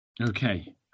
Okay